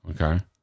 okay